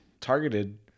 targeted